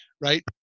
right